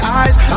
eyes